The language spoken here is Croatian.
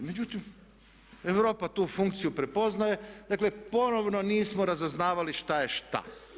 Međutim, Europa tu funkciju prepoznaje, dakle ponovno nismo razaznavali šta je šta.